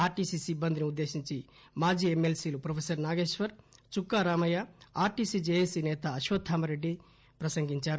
RTC సిబ్బందిని ఉద్దేశించి మాజీ ఎమ్మెల్సీలు professor Nageshwar Chukka Ramaiah RTC JAC నేత అశ్వత్థామ రెడ్డి తదితరులు ప్రసంగించారు